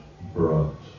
brought